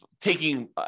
taking